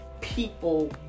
people